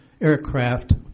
aircraft